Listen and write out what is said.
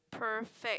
perfect